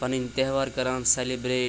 پَنٕنۍ تہوار کَران سیٚلِبرٛیٹ